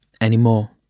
anymore